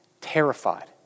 Terrified